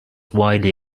widely